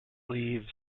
leaves